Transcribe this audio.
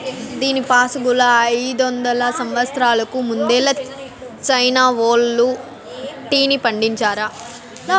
దీనిపాసుగాలా, అయిదొందల సంవత్సరాలకు ముందలే చైనా వోల్లు టీని పండించారా